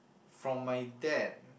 from my dad